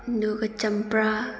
ꯑꯗꯨꯒ ꯆꯝꯄ꯭ꯔꯥ